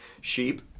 Sheep